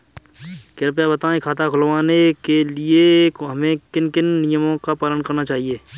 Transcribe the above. कृपया बताएँ खाता खुलवाने के लिए हमें किन किन नियमों का पालन करना चाहिए?